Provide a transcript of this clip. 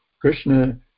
Krishna